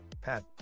Pat